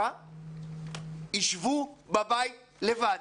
יישבו בבית לבד.